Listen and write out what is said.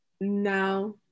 now